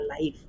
life